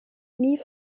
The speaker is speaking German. nie